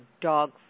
dog